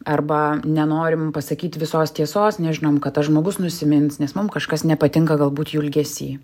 arba nenorim pasakyt visos tiesos nežinom kad tas žmogus nusimins nes mum kažkas nepatinka galbūt jų elgesy